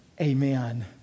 amen